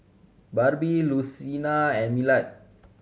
Barbie Lucina and Millard